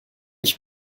ich